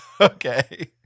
Okay